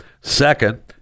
Second